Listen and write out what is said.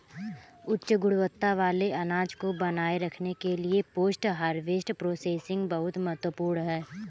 उच्च गुणवत्ता वाले अनाज को बनाए रखने के लिए पोस्ट हार्वेस्ट प्रोसेसिंग बहुत महत्वपूर्ण है